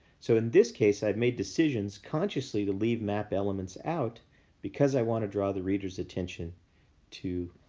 so, in this case, i've made decisions consciously to leave map elements out because i want to draw the reader's attention to